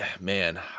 man